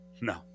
No